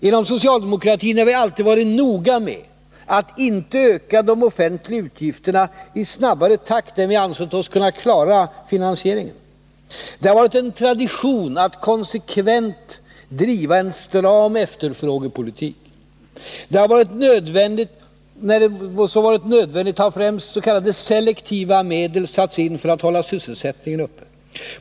Inom socialdemokratin har vi alltid varit noga med att inte öka de offentliga utgifterna i snabbare takt än vi ansett oss kunna klara finansieringen. Det har varit en tradition att konsekvent driva en stram efterfrågepolitik. När så varit nödvändigt har främst s.k. selektiva medel satts in för att hålla sysselsättningen uppe.